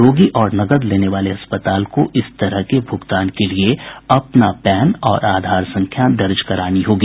रोगी और नकद लेने वाले अस्पताल को इस तरह के भुगतान के लिए अपना पैन और आधार संख्या दर्ज करानी होगी